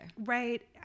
right